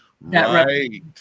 Right